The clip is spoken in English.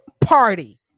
party